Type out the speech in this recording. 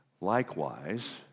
Likewise